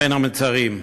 בין המצרים.